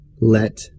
let